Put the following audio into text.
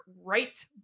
right